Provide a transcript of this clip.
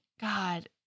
God